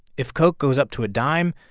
if coke goes up to a dime,